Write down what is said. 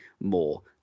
more